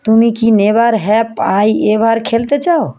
তুমি কি never have I ever খেলতে চাও